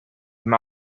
from